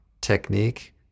technique